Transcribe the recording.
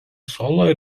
solo